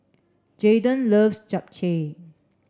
Jaden loves Japchae